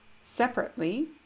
separately